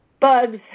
bugs